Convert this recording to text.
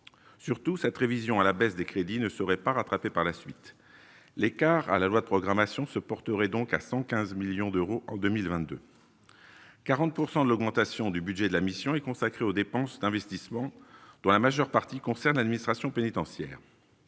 surtout cette révision à la baisse des crédits ne seraient pas rattrapé par la suite l'écart à la loi de programmation se porterait donc à 115 millions d'euros en 2022 40 pourcent de l'augmentation du budget de la mission est consacrée aux dépenses d'investissement dans la majeure partie concerne l'administration pénitentiaire,